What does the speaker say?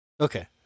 Okay